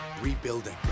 Rebuilding